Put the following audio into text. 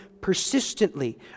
persistently